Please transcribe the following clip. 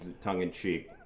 tongue-in-cheek